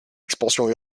expansion